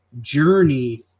journey